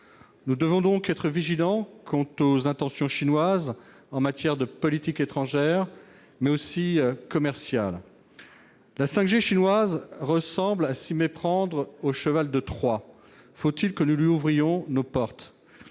Nous devons être vigilants quant aux intentions chinoises, en matière de politique non seulement étrangère, mais également commerciale. La 5G chinoise ressemble à s'y méprendre au cheval de Troie : faut-il que nous lui ouvrions nos portes ?